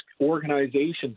organizations